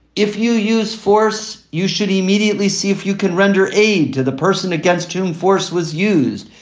if you use force, you should immediately see if you can render aid to the person against whom force was used.